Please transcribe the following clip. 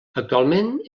actualment